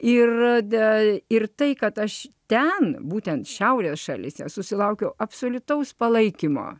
ir tada ir tai kad aš ten būtent šiaurės šalyse susilaukiau absoliutaus palaikymo